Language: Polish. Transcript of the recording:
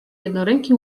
jednoręki